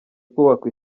kubakwa